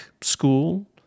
school